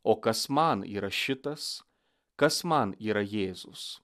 o kas man yra šitas kas man yra jėzus